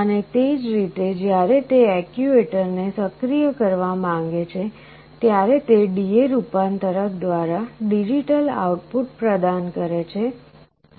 અને તે જ રીતે જ્યારે તે એક્ચ્યુએટરને સક્રિય કરવા માંગે છે ત્યારે તે DA રૂપાંતરક દ્વારા ડિજિટલ આઉટપુટ પ્રદાન કરે છે